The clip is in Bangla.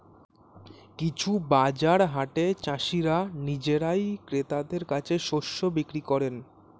কিছু বাজার হাটে চাষীরা নিজেরাই ক্রেতাদের কাছে শস্য বিক্রি করেন